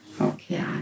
Okay